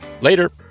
Later